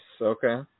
Okay